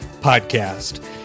Podcast